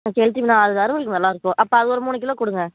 கெளுத்தி மீன் அது வறுவலுக்கு நல்லா இருக்கும் அப்போ அது ஒரு மூணு கிலோ கொடுங்க